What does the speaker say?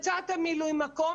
מצאת מילוי מקום,